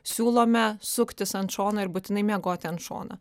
siūlome suktis ant šono ir būtinai miegoti ant šono